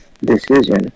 decision